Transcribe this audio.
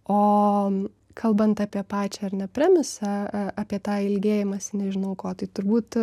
o kalbant apie pačią ar ne premisą apie tą ilgėjimąsi nežinau ko tai turbūt